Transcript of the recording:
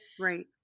Right